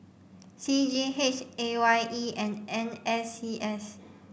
C G H A Y E and N S C S